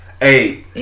hey